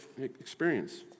experience